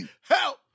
help